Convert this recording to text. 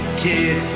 kid